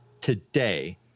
today